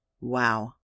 Wow